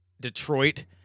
Detroit